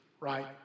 right